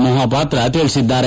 ಮೊಹಾಪಾತ್ರ ತಿಳಿಸಿದ್ದಾರೆ